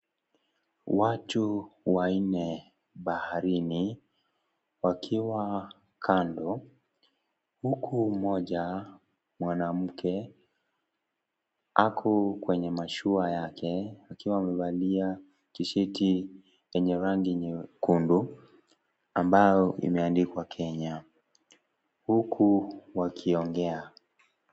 Watu, wainne, baharini, wakiwa kando, huku mmoja, mwanamke, ako kwenye mashua yake, akiwa amevalia tisheti, yenye rangi nyekundu, ambao, imeandikwa Kenya, huku wakiongea.